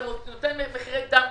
אתה נותן להם מחירי דמפינג,